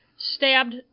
Stabbed